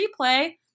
replay